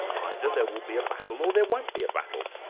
either there will be a battle or there won't be a battle.